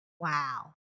Wow